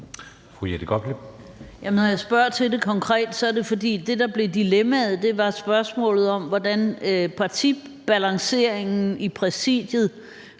Når jeg spørger til det konkret, er det, fordi det, der blev dilemmaet, var spørgsmålet om, hvordan partibalanceringen i præsidiet